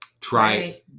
Try